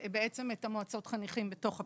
בעצם את מועצות החניכים בתוך הפנימיות.